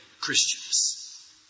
Christians